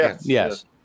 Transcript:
Yes